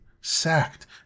sacked